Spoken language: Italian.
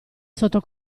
sotto